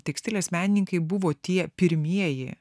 tekstilės menininkai buvo tie pirmieji